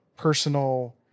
personal